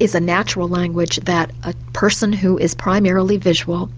is a natural language that a person who is primarily visual